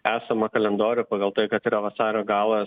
esamą kalendorių pagal tai kad yra vasario galas